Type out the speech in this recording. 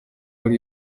ari